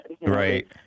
Right